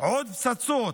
עוד פצצות,